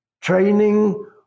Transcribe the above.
training